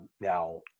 Now